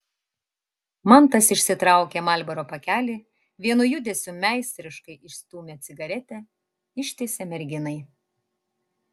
mantas išsitraukė marlboro pakelį vienu judesiu meistriškai išstūmė cigaretę ištiesė merginai